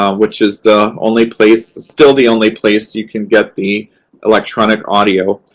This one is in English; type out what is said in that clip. um which is the only place still the only place you can get the electronic audio.